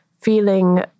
feeling